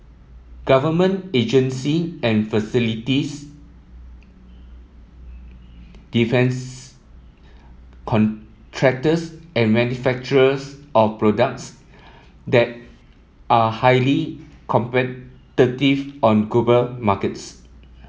government agency and facilities defence contractors and manufacturers of products that are highly competitive on global markets